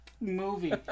movie